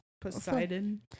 Poseidon